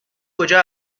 کجا